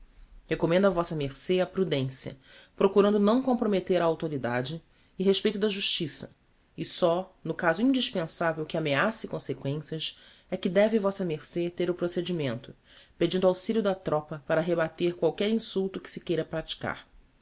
recomendo a vm ce a prudencia procurando não comprometter a authoridade e respeito da justiça e só no caso indispensavel que ameace consequencias é que deve vm ce ter o procedimento pedindo auxilio da tropa para rebater qualquer insulto que se queira praticar